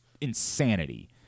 insanity